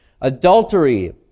Adultery